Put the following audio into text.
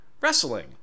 Wrestling